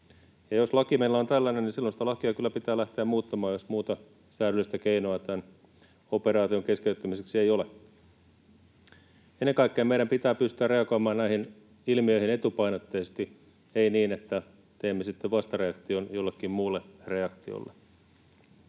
Jos laki meillä on tällainen, silloin sitä lakia kyllä pitää lähteä muuttamaan, jos muuta säädyllistä keinoa tämän operaation keskeyttämiseksi ei ole. Ennen kaikkea meidän pitää pystyä reagoimaan näihin ilmiöihin etupainotteisesti, ei niin, että teemme sitten vastareaktion jollekin muulle reaktiolle.